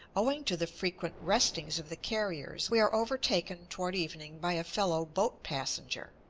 owing to the frequent restings of the carriers we are overtaken toward evening by a fellow boat-passenger,